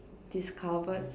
discovered